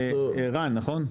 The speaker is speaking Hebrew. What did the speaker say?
רן נכון?